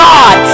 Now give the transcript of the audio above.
God